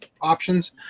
options